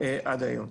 עד היום.